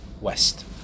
west